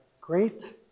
great